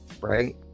right